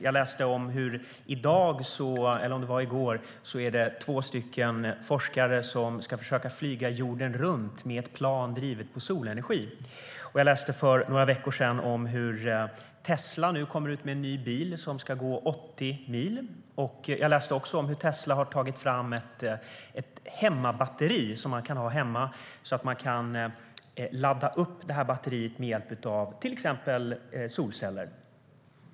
Jag läste om två forskare som ska försöka att flyga jorden runt med en plan som drivs med solenergi. För några veckor sedan läste jag om hur Tesla nu kommer ut med en ny bil som ska kunna gå i 80 mil. Jag läste också om att Tesla har tagit fram ett batteri som man kan ha hemma och ladda upp med hjälp av till exempel solceller.